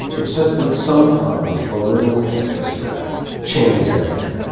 it's just that sometimes a little extra step changes everything.